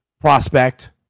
prospect